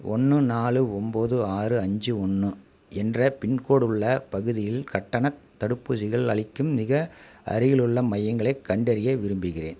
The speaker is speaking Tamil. ஒன்று நாலு ஒம்பது ஆறு அஞ்சு ஒன்று என்ற பின்கோடு உள்ள பகுதியில் கட்டணத் தடுப்பூசிகள் அளிக்கும் மிக அருகிலுள்ள மையங்களைக் கண்டறிய விரும்புகிறேன்